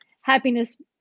happiness